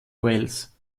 wales